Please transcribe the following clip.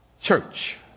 church